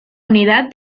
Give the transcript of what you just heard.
unidad